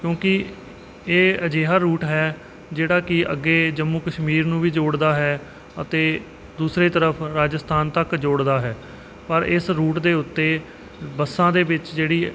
ਕਿਉਂਕਿ ਇਹ ਅਜਿਹਾ ਰੂਟ ਹੈ ਜਿਹੜਾ ਕਿ ਅੱਗੇ ਜੰਮੂ ਕਸ਼ਮੀਰ ਨੂੰ ਵੀ ਜੋੜਦਾ ਹੈ ਅਤੇ ਦੂਸਰੇ ਤਰਫ ਰਾਜਸਥਾਨ ਤੱਕ ਜੋੜਦਾ ਹੈ ਪਰ ਇਸ ਰੂਟ ਦੇ ਉੱਤੇ ਬੱਸਾਂ ਦੇ ਵਿੱਚ ਜਿਹੜੀ